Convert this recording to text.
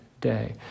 day